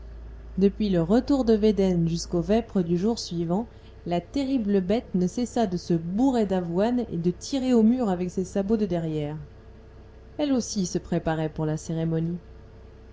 depuis le retour de védène jusqu'aux vêpres du jour suivant la terrible bête ne cessa de se bourrer d'avoine et de tirer au mur avec ses sabots de derrière elle aussi se préparait pour la cérémonie